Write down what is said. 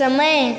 समय